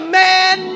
man